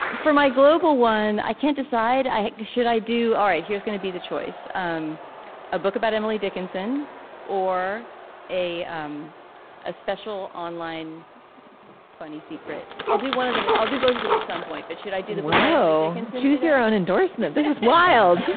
for my global one i can't decide i should i do. all right here's gonna be the choice of um a book about emily dickinson or a um a special online funny secret. i'll do one of them. i'll do both of them at some point but should i do the o choose your own endorsement. this is wild.